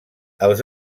els